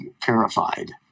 terrified